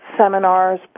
seminars